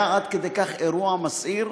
זה היה עד כדי כך אירוע מסעיר,